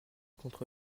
contre